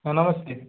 ಹಾಂ ನಮಸ್ತೇ